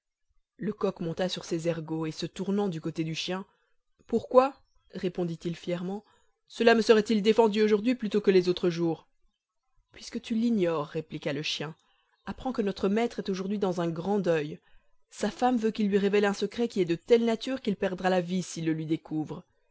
le coq monta sur ses ergots et se tournant du côté du chien pourquoi répondit-il fièrement cela me serait-il défendu aujourd'hui plutôt que les autres jours puisque tu l'ignores répliqua le chien apprends que notre maître est aujourd'hui dans un grand deuil sa femme veut qu'il lui révèle un secret qui est de telle nature qu'il perdra la vie s'il le lui découvre